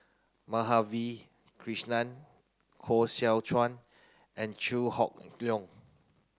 Madhavi Krishnan Koh Seow Chuan and Chew Hock Leong